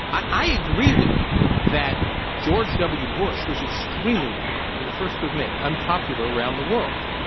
i agree with you that george w. bush was extremely i'll be the first to admit, unpopular around the world.